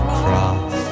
cross